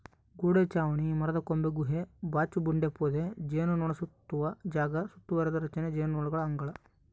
ಗೋಡೆ ಚಾವಣಿ ಮರದಕೊಂಬೆ ಗುಹೆ ಚಾಚುಬಂಡೆ ಪೊದೆ ಜೇನುನೊಣಸುತ್ತುವ ಜಾಗ ಸುತ್ತುವರಿದ ರಚನೆ ಜೇನುನೊಣಗಳ ಅಂಗಳ